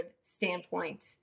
standpoint